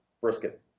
brisket